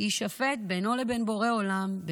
יישפט בינו לבין בורא עולם,